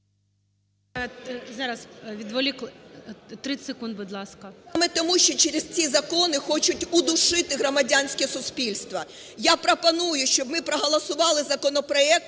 Зараз. 30 секунд, будь ласка ТИМОШЕНКО Ю.В. Саме тому, що через ці закони хочуть удушити громадянське суспільство. Я пропоную, щоб ми проголосували законопроект